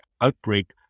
outbreak